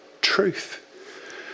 Truth